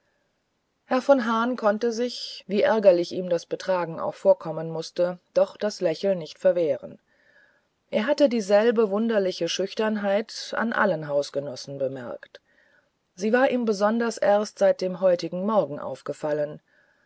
herr von hahn konnte sich wie ärgerlich ihm dies betragen auch vorkommen mußte doch des lächelns nicht erwehren er hatte dieselbe wunderliche schüchternheit an allen hausgenossen bemerkt sie war ihm besonders erst seit dem heutigen morgen aufgefallen